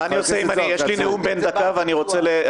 מה אני עושה אם יש לי נאום בן דקה ואני לא